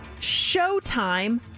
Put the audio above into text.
showtime